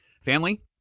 Family